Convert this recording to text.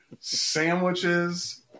sandwiches